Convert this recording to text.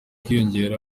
kwiyongera